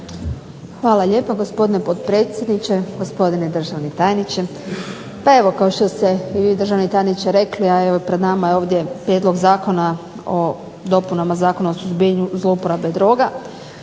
Hvala lijepo gospodine potpredsjedniče, gospodine državni tajniče. Pa evo kao što ste i vi državni tajniče rekli, a evo i pred nama je ovdje prijedlog Zakona o dopunama Zakona o suzbijanju zlouporabe droga